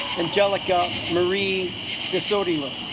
angelica marie disodium